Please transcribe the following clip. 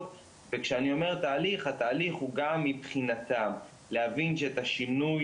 וכשאני אומר תהליך התהליך הוא גם מבחינתם להבין שהשינוי